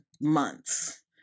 months